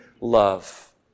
love